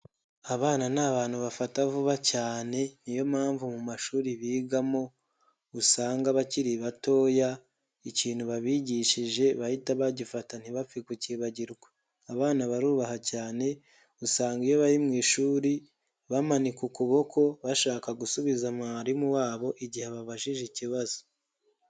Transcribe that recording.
Abana ni abantu bafata vuba cyane ni yo mpamvu mu mashuri bigamo usanga abakiri batoya ikintu babigishije bahita bagifata ntibapfe kukibagirwa, abana barubaha cyane usanga iyo bari mu ishuri bamanika ukuboko bashaka gusubiza mwarimu wabo igihe ababajije ikibazo.